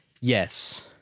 Yes